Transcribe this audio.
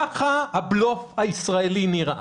כך הבלוף הישראלי נראה.